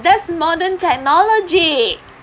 that's modern technology